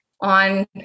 on